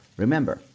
remember,